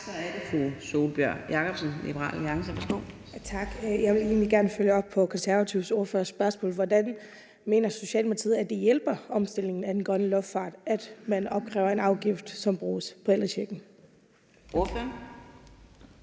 Kl. 11:45 Sólbjørg Jakobsen (LA): Tak. Jeg vil egentlig gerne følge op på Konservatives ordførers spørgsmål. Hvordan mener Socialdemokratiet det hjælper omstillingen til en grøn luftfart, at man opkræver en afgift, som bruges på ældrechecken? Kl.